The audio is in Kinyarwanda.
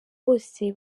bose